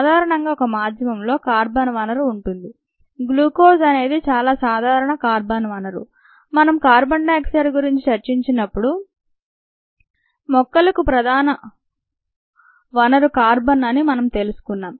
సాధారణంగా ఒక మాధ్యమంలో కార్బన్ వనరు ఉంటుంది గ్లూకోజ్ అనేది చాలా సాధారణ కార్బన్ వనరు మనం కార్బన్ డై ఆక్సైడ్ గురించి చర్చించినప్పుడు మొక్కలకు కార్బన్ ప్రధాన వనరు అని తెలుసుకున్నాం